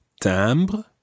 timbre